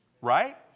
right